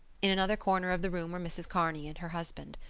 in another corner of the room were mrs. kearney and her husband,